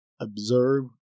Observe